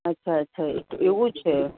અચ્છા અચ્છા એવું છે